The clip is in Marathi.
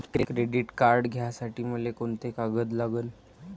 क्रेडिट कार्ड घ्यासाठी मले कोंते कागद लागन?